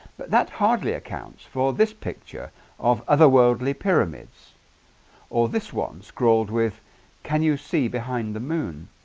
but that hardly accounts for this picture of otherworldly pyramids or this one scrawled with can you see behind the moon